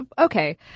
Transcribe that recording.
okay